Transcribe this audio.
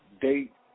date